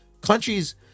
countries